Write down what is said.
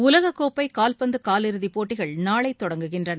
உலகக்கோப்பை கால்பந்து காலிறுதிப் போட்டிகள் நாளை தொடங்குகின்றன